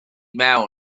mewn